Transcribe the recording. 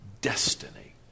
destiny